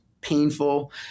painful